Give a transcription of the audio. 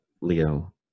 leo